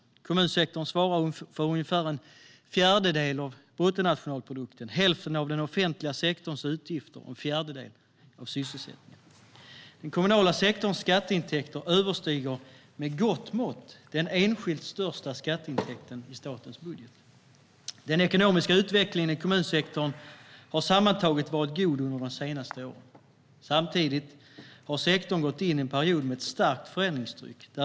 Kommunsektorn svarar för ungefär en fjärdedel av bruttonationalprodukten, hälften av den offentliga sektorns utgifter och en fjärdedel av sysselsättningen. Den kommunala sektorns skatteintäkter överstiger med gott mått den enskilt största skatteintäkten i statens budget. Den ekonomiska utvecklingen i kommunsektorn har sammantaget varit god under de senaste åren. Samtidigt har sektorn gått in i en period med ett starkt förändringstryck.